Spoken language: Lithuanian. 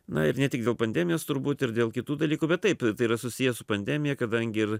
na ir ne tik dėl pandemijos turbūt ir dėl kitų dalykų bet taip tai yra susiję su pandemija kadangi ir